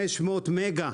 500 מגה,